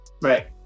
Right